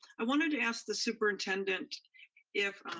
i wanted to ask the superintendent if